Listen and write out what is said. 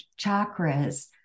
chakras